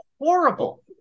horrible